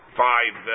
five